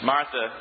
Martha